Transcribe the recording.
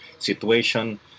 situation